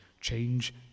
Change